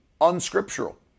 unscriptural